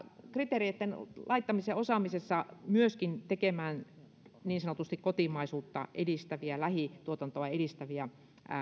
kriteereitten laittamisen osaamisella tekemään niin sanotusti kotimaisuutta edistäviä ja lähituotantoa edistäviä